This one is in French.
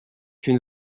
une